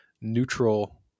neutral